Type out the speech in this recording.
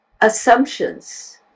assumptions